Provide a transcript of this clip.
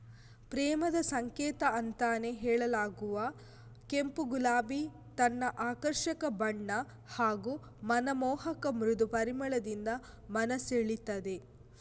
ಪ್ರೇಮದ ಸಂಕೇತ ಅಂತಾನೇ ಹೇಳಲಾಗುವ ಕೆಂಪು ಗುಲಾಬಿ ತನ್ನ ಆಕರ್ಷಕ ಬಣ್ಣ ಹಾಗೂ ಮನಮೋಹಕ ಮೃದು ಪರಿಮಳದಿಂದ ಮನ ಸೆಳೀತದೆ